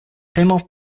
temo